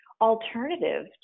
alternative